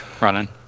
running